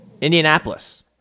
Indianapolis